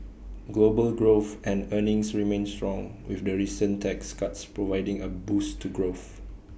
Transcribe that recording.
global growth and earnings remain strong with the recent tax cuts providing A boost to growth